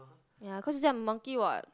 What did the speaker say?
ya cause this one monkey what